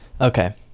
Okay